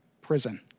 prison